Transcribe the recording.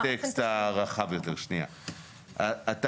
שנייה, אני רוצה לתת את הקונטקסט הרחב יותר.